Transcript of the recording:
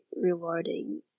rewarding